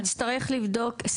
אנחנו נצטרך לבדוק.